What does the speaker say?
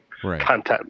content